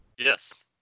Yes